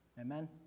Amen